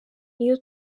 niyo